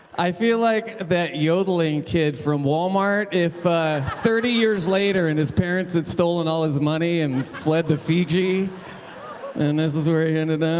i feel like that yodeling kid from walmart if thirty years later and his parents had stolen all his money and fled to fiji and this is where he ended up.